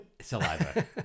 Saliva